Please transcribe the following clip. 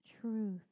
truth